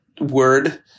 word